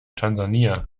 tansania